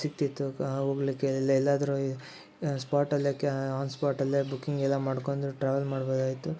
ಸಿಕ್ತಿತ್ತು ಕಾ ಹೋಗ್ಲಿಕ್ಕೆ ಎಲ್ಲ ಎಲ್ಲಾದ್ರೂ ಸ್ಪಾಟಲ್ಲೇ ಕ್ಯಾ ಆನ್ ಸ್ಪಾಟಲ್ಲೇ ಬುಕ್ಕಿಂಗೆಲ್ಲ ಮಾಡ್ಕೊಂಡು ಟ್ರಾವೆಲ್ ಮಾಡ್ಬೋದಾಗಿತ್ತು